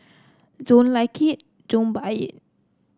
don't like it don't buy it